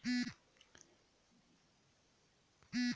मेरे भाई को फ्रांगीपानी फूल का परफ्यूम बहुत पसंद है